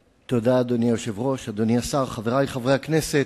אדוני היושב-ראש, אדוני השר, חברי חברי הכנסת,